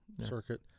circuit